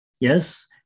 yes